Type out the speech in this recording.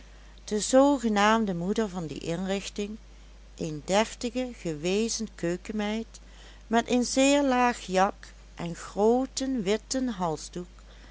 de zoogenaamde moeder van die inrichting een deftige gewezen keukenmeid met een zeer laag jak en grooten witten